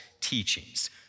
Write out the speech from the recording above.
teachings